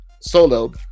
solo